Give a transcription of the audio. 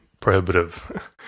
prohibitive